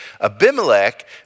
Abimelech